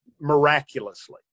miraculously